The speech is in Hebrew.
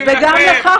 וגם אותך,